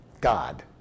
God